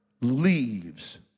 leaves